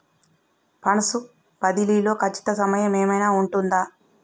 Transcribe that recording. Funds బదిలీ లో ఖచ్చిత సమయం ఏమైనా ఉంటుందా?